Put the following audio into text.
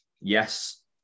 yes